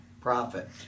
profit